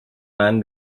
man